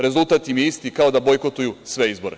Rezultat im je isti kao da bojkotuju sve izbore.